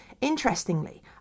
Interestingly